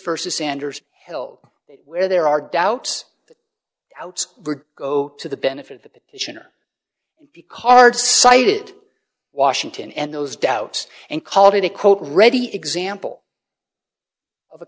versus sanders hill where there are doubts would go to the benefit of the cards cited washington and those doubts and called it a quote ready example of a